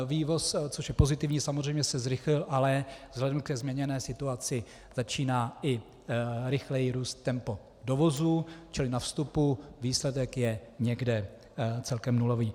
Vývoz, což je pozitivní samozřejmě, se zrychlil, ale vzhledem ke změněné situaci začíná i rychleji růst tempo dovozu, čili na vstupu výsledek je celkem nulový.